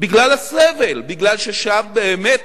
בגלל הסבל, כי שם באמת